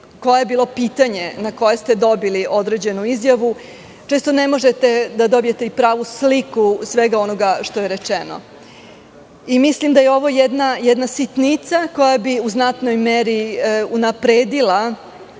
koje je bilo pitanje na koje ste dobili određenu izjavu, često ne možete da dobijete i pravu sliku svega onoga što je rečeno. Mislim da je ovo jedna sitnica koja bi u znatnoj meri unapredila